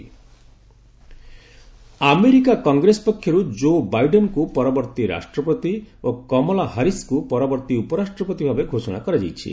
US Congress America Congress ପକ୍ଷରୁ କୋ ବାଇଡେନ୍ଙ୍କୁ ପରବର୍ତ୍ତୀ ରାଷ୍ଟ୍ରପତି ଓ କମଲା ହାରିଶ୍ଙ୍କ ପରବର୍ତ୍ତୀ ଉପରାଷ୍ଟ୍ରପତି ଭାବେ ଘୋଷଣା କରାଯାଇଛି